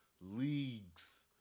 leagues